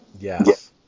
Yes